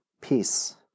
peace